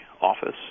office